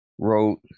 wrote